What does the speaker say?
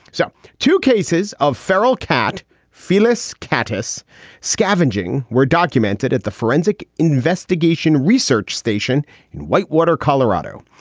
so two cases of feral cat phyllis catus scavenging were documented at the forensic investigation research station in whitewater, colorado.